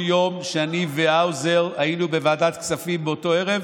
יום שאני והאוזר היינו בוועדת הכספים באותו ערב?